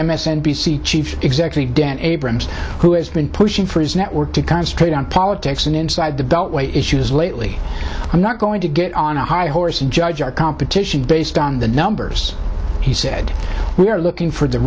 c chief exactly dan abrams who has been pushing for his network to concentrate on politics and inside the beltway issues lately i'm not going to get on a high horse and judge our competition based on the numbers he said we are looking for the